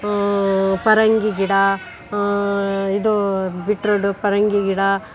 ಪರಂಗಿ ಗಿಡ ಇದು ಬೀಟ್ರೂಟು ಪರಂಗಿ ಗಿಡ